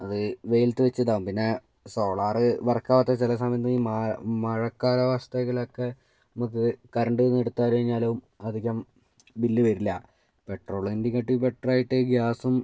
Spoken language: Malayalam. അത് വെയിലത്ത് വച്ചതാവും പിന്നെ സോളാറ് വർക്ക് ആവാത്ത ചില സമയത്ത് ഈ മഴക്കാല അവസ്ഥകളൊക്കെ നമുക്ക് കറണ്ടിൽ നിന്നെടുത്തു കഴിഞ്ഞാലും അധികം ബില്ല് വരില്ല പെട്രോളിനെ കാട്ടിയും ബെറ്റർ ആയിട്ട് ഗ്യാസും